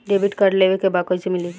Debit card लेवे के बा कईसे मिली?